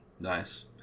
Nice